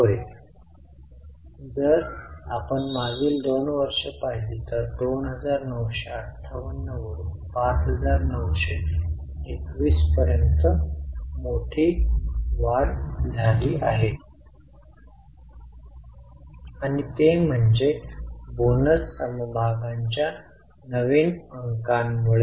होय जर आपण मागील 2 वर्ष पाहिली तर 2958 वरून 5921 पर्यंत मोठी वाढ झाली आहे आणि ते म्हणजे बोनस समभागांच्या नवीन अंका मुळे